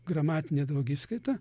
gramatinė daugiskaita